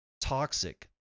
Toxic